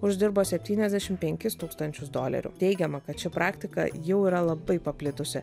uždirbo septyniasdešim penkis tūkstančius dolerių teigiama kad ši praktika jau yra labai paplitusi